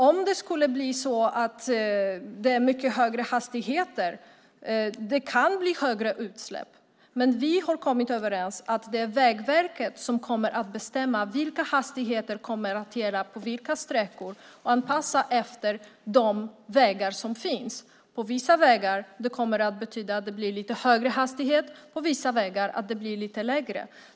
Om hastigheterna blir mycket högre kan det bli större utsläpp. Vi har kommit överens om att det är Vägverket som ska bestämma vilka hastigheter som ska gälla på olika sträckor och anpassa hastigheten efter vägarna. På vissa vägar kommer det att betyda lite högre hastighet, på andra vägar lite lägre.